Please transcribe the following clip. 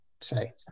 say